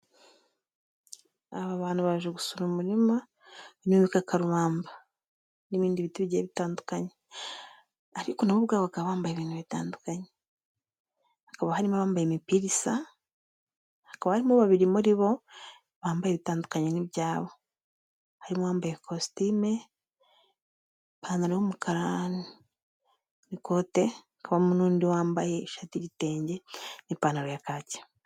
Aba bantu baje gusura umurima irimo karubamba n'ibindi biti bigiye bitandukanye ariko nabo ubwabo bakaba bambaye ibintu bitandukanyeba harimo bambaye imipira isa hakaba harimo babiri muri bo bambaye itandukanye n'ibyabo, harimo uwambaye costime ipantaro y'umukara ikote hakabamo n'undi wambaye ishati y'igitenge n'ipantaro ya kaki.